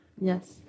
Yes